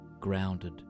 grounded